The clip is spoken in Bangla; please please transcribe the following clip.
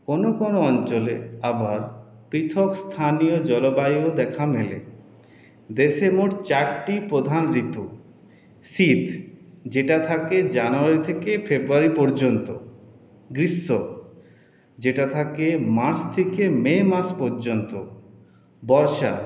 কোনো কোনো অঞ্চলে আবার পৃথক স্থানীয় জলবায়ুর দেখা মেলে দেশে মোট চারটি প্রধান ঋতু শীত যেটা থাকে জানুয়ারি থেকে ফেব্রুয়ারি পর্যন্ত গ্রীষ্ম যেটা থাকে মার্চ থেকে মে মাস পর্যন্ত বর্ষা